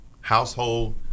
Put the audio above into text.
household